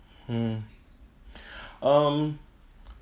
hmm um